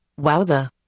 Wowza